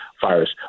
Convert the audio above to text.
virus